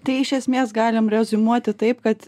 tai iš esmės galim reziumuoti taip kad